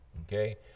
Okay